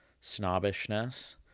snobbishness